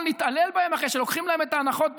להתעלל בהם אחרי שלוקחים להם את ההנחות במעונות,